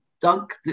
Dunk